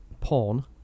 pawn